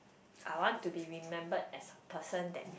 I want to be remembered as a person that